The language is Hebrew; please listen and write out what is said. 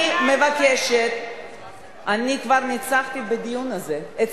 אוי לדמותה של המדינה,